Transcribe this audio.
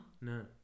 No